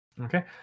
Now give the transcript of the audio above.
Okay